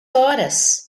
horas